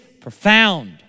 profound